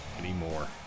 Anymore